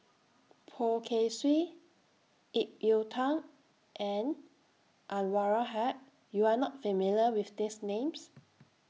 Poh Kay Swee Ip Yiu Tung and Anwarul Haque YOU Are not familiar with These Names